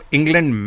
England